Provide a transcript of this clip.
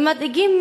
הם מדאיגים